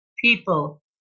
people